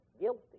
Guilty